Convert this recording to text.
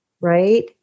Right